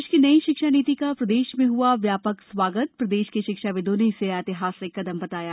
देश की नई शिक्षा नीति का प्रदेश में हुआ व्यापक स्वागत प्रदेश के शिक्षाविदों ने इसे ऐतिहासिक कदम बताया